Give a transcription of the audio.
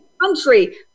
country